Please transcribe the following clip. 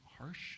harsh